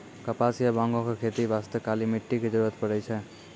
कपास या बांगो के खेती बास्तॅ काली मिट्टी के जरूरत पड़ै छै